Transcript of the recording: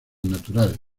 natural